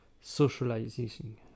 socializing